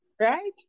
right